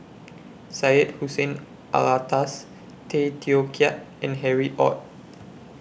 Syed Hussein Alatas Tay Teow Kiat and Harry ORD